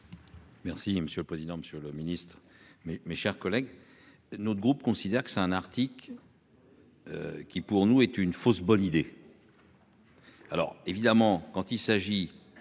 Merci monsieur le président, Monsieur le Ministre, mais mes chers collègues. Notre groupe considère que c'est un Arctique. Qui pour nous est une fausse bonne idée. Alors évidemment quand il s'agit